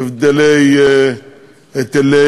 היטלי